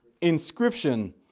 Inscription